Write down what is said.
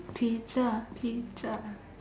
pizza pizza